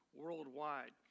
worldwide